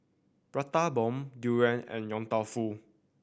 Prata Bomb durian and Yong Tau Foo